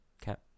Cap